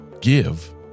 give